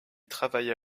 travailla